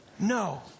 No